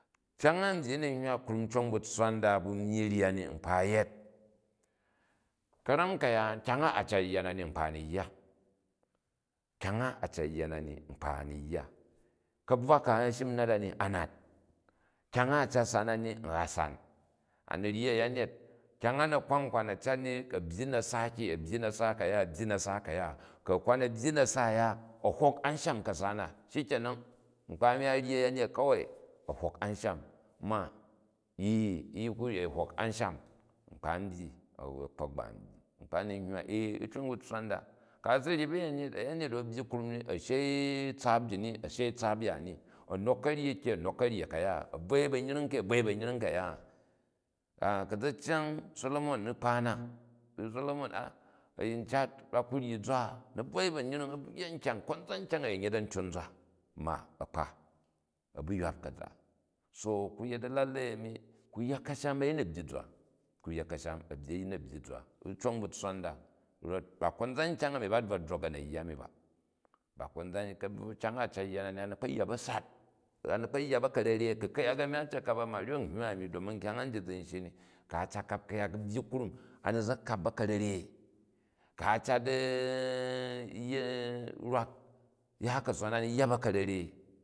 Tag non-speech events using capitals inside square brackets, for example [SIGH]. Kyang a nbyyi n ni hywa krum cong bu myyi rya bu tsswa nda ni nkpa a̱ yet. Karani ka̱yaran kyang a, a cat yya na ni, nkpa ani yya kyang a, a cat yya na ni nkpa a ni yya. Ka̱bvwa ka a shin n nat a ni, a nat, kyang a, a cat sau na ni, a san. A ni ryi a̱yanyit kyang a na̱ kwan kwan a cat ni a̱ byyi na̱sa ki, a̱ byyi na̱sa kaya a̱ byyi na̱sa kaya. Ku̱ a kwan a̱ byyi na̱sa a̱ya a̱ hoki ansham ka̱sa na, shi kenan. Nkpa a̱mi a ryi a̱yanyet ka̱wai a̱ hok bu̱sham, ma ee, yi kwi ryi a̱ hok ansham, nkpa n byyi a̱kpok ba ra byyi. Nkpa a ni hywa ee, u cong bu tsswa nda. Ku̱ a si ryi ba̱yaniyet, ayanyet u a̱ byyi krum ni, a shei tsaap ji ni a shei tsuap yani, a̱ nok ka̱nyi ki, a̱ nok kang ka̱ya, a̱ bvoi ba̱nyring ki a̱ bvoi ba̱nyring ka̱ya. Ku̱ hi cyang solomon u̱k pa na, king solomon a̱yine cat, ba kuryi zma, a̱ bvoi ba̱nyring a̱ yya nkyang konzan kyang a̱ yin yet a̱ntyok zwa. Ma̱ a̱kpa, a̱ bu ywap ka̱za so ku yet a̱lelei a̱mi, ku yet ka̱sham, ayin a̱ byyi zwa, ku yet kasham, a̱yi a byyi zwa ku cong bu tsswa nda rot ba konzan kyang a̱ni bvo drok a̱ na̱ yya na ba. Ba konzan, kyang ko a cat yya na ni, a ni kpo yya kasat, a in kpo ya ba̱ka̱rare. ku̱ ku̱ ku̱yak a̱mi a cat kap a ma ryok n hywa a̱ni domi kyang njit zi shyi ni. Ku̱ a cat kap ku̱yak u̱ byyi krum, ani kpo kap baka rere ku̱ a cat [HESITATION] rwak ya ka̱sam a̱ ni ya ba̱ka̱rere.